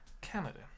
Canada